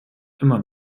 immer